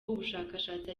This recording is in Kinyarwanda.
ubushakashatsi